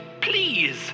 Please